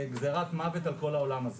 גזירת מוות על כל העולם הזה.